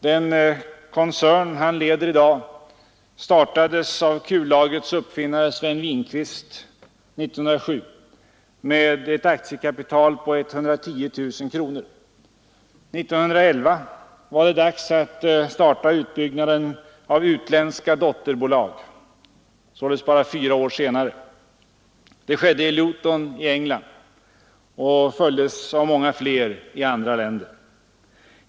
Den koncern han leder i dag startades av kullagrets uppfinnare Sven Winqvist 1907 med ett aktiekapital på 110 000 kronor. Bara fyra år senare, 1911, var det dags att starta utbyggnaden av utländska dotterbolag. Det skedde i Luton i England och följdes av många fler i andra länder.